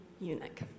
eunuch